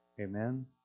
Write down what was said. Amen